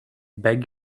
beg